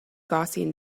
gaussian